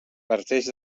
parteix